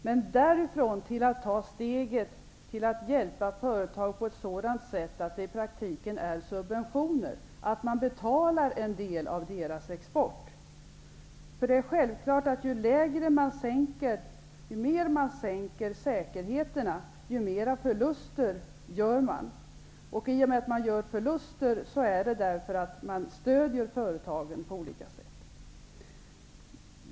Men jag är inte beredd att därifrån ta steget till att hjälpa företag på ett sådant sätt att det i praktiken blir fråga om subventioner, dvs. att man betalar en del av deras export. Ju mer man sänker nivåerna på säkerheterna, desto högre förluster blir det. Förlusterna uppstår därför att företagen stöds på olika sätt.